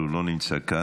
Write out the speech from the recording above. אבל הוא לא נמצא כאן.